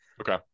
Okay